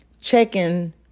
checking